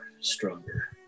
stronger